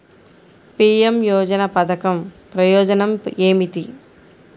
PM యోజన పధకం ప్రయోజనం ఏమితి?